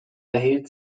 erhielten